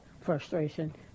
frustration